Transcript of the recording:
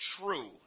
true